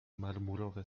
marmurowe